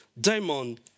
diamond